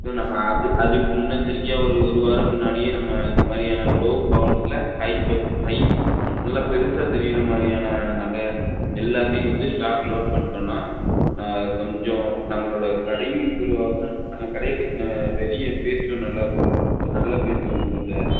so நம்ம அது அதுக்கு முன்னெச்சரிக்கையாக ஒரு ஒரு வாரம் முன்னாடியே நம்ம இந்த மாதிரியான லோ பவுன்ஸில் ஹை பட்ஜ் ஹை நல்லா பெரிசா தெரிகிற மாதிரியான நகை எல்லாத்தையும் வந்து ஸ்டாக் லோட் பண்ணிட்டோம்னா நான் கொஞ்சம் நம்மளோடய கடையும் இம்ப்ரூவாகும் நம்ம கடையைப் பற்றின வெளியே பேச்சும் நல்ல ஒரு நல்ல பேச்சு வந்துடும் சார்